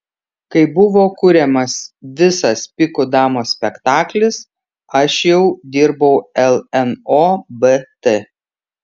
kai buvo kuriamas visas pikų damos spektaklis aš jau dirbau lnobt